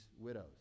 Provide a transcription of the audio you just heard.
widows